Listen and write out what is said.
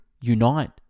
Unite